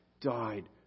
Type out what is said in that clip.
died